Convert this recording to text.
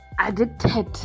addicted